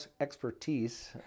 expertise